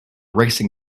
racing